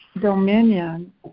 dominion